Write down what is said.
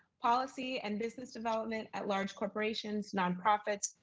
policy and business development at large corporations, non profits,